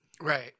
right